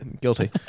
Guilty